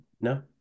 No